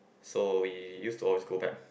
so we used to always go back